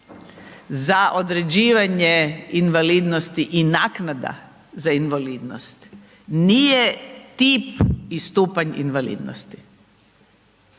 za određivanje invalidnosti i naknade za invalidnost nije tip i stupanj invalidnosti,